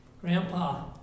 Grandpa